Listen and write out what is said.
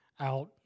out